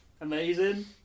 Amazing